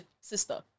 sister